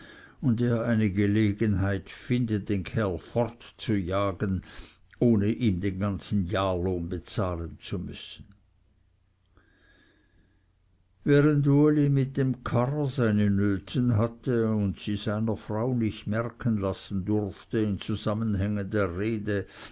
und er eine gelegenheit finde den kerl fortzujagen ohne ihm den ganzen jahrlohn bezahlen zu müssen während uli mit dem karrer seine nöten hatte und sie seiner frau nicht merken lassen durfte in zusammenhängender rede